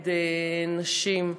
נגד נשים.